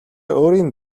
өөрийн